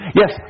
yes